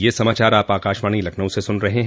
ब्रे क यह समाचार आप आकाशवाणी लखनऊ से सुन रहे हैं